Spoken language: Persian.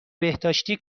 بهداشتی